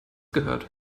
gehört